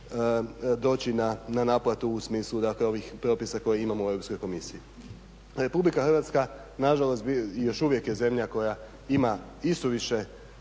doći na naplatu u smislu, dakle ovih propisa koje imamo u Europskoj komisiji. RH nažalost još uvijek je zemlja koja ima i suviše